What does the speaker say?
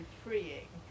freeing